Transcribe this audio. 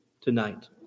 tonight